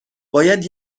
باید